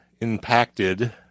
impacted